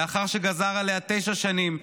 לאחר שגזר עליה תשע שנים,